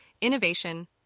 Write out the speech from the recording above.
innovation